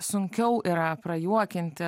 sunkiau yra prajuokinti